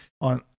on